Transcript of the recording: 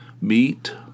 meat